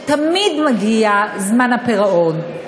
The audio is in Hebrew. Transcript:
ותמיד מגיע, זמן הפירעון.